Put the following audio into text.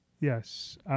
Yes